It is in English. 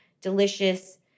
delicious